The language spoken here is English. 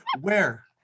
where-